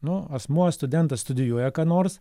nu asmuo studentas studijuoja ką nors